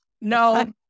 No